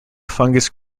fungus